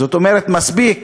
זאת אומרת, מספיק